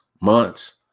months